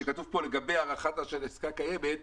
שכתוב פה לגבי הארכתה של עסקה קיימת,